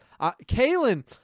Kaylin